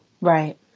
Right